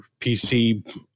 PC